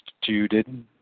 instituted